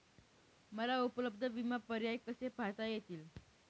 मला उपलब्ध विमा पर्याय कसे पाहता येतील?